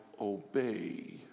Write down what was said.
obey